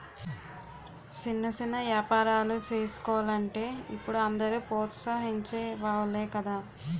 సిన్న సిన్న ఏపారాలు సేసుకోలంటే ఇప్పుడు అందరూ ప్రోత్సహించె వోలే గదా